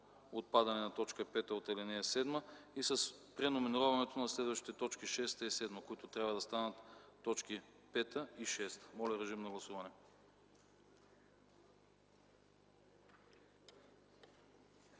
отпадане на т. 5 от ал. 7 и с преномерирането на следващите точки 6 и 7, които трябва да станат точки 5 и 6. Моля, гласувайте.